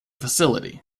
facility